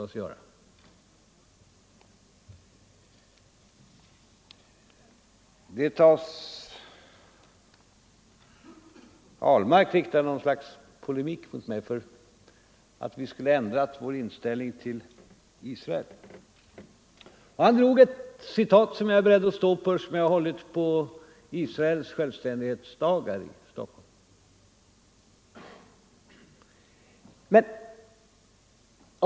Sedan riktade herr Ahlmark något slags kritik mot mig för att regeringen skulle ha ändrat inställning till Israel. Han citerade i sammanhanget från ett tal som jag höll under Israels självständighetsdag 1967 här i Stockholm, och det citatet är jag beredd att stå för.